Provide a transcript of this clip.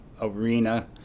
arena